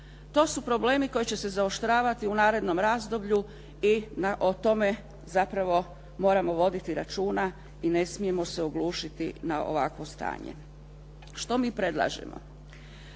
To su problemi koji će se zaoštravati u narednom razdoblju i o tome zapravo moramo voditi računa i ne smijemo se oglušiti na ovakvo stanje. Što mi predlažemo?